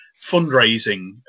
fundraising